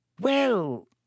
Well